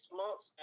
months